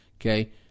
Okay